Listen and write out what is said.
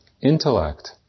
intellect